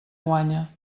guanya